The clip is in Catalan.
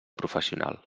professional